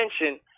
attention